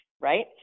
Right